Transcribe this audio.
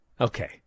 Okay